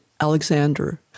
Alexander